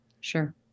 Sure